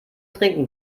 trinken